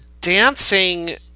dancing